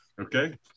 Okay